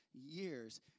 Years